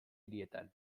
hirietan